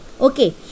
Okay